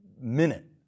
minute